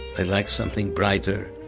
i like something brighter.